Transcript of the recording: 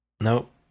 Nope